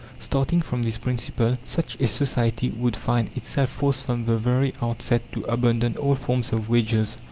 starting from this principle, such a society would find itself forced from the very outset to abandon all forms of wages.